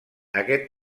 aquest